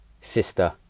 sister